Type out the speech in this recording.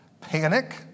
panic